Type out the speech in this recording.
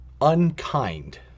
unkind